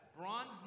bronze